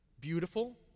beautiful